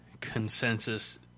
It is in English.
consensus